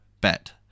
bet